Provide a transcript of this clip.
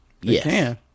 Yes